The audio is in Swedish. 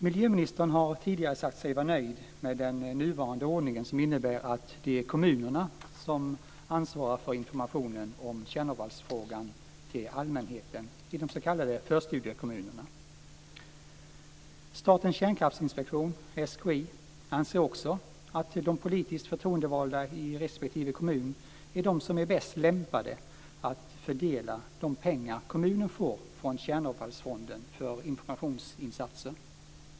Miljöministern har tidigare sagt sig vara nöjd med den nuvarande ordningen, som innebär att det är kommunerna som ansvarar för informationen om kärnavfallsfrågan till allmänheten i de s.k. förstudiekommunerna. Statens kärnkraftinspektion - SKI - anser också att de politiskt förtroendevalda i respektive kommun är de som är bäst lämpade att fördela de pengar kommunen får från Kärnavfallsfonden för informationsinsatsen.